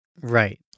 Right